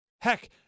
Heck